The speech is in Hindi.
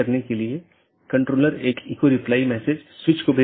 यहाँ N1 R1 AS1 N2 R2 AS2 एक मार्ग है इत्यादि